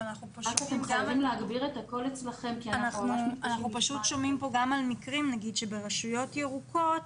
כי אנחנו שומעים פה גם על מקרים נגיד שברשויות ירוקות